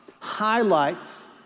highlights